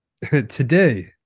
today